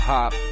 Hop